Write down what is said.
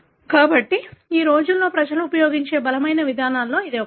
కాబట్టి ఈ రోజుల్లో ప్రజలు ఉపయోగించే బలమైన విధానాలలో ఇది ఒకటి